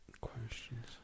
Questions